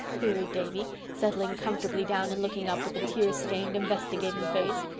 queried davy, settling comfortably down and looking up with a tearstained, investigating face.